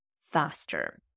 faster